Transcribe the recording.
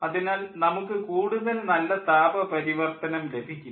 അതിനാൽ നമുക്ക് കൂടുതൽ നല്ല താപ പരിവർത്തനം ലഭിക്കുന്നു